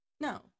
No